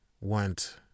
went